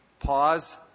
pause